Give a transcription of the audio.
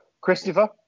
Christopher